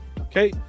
Okay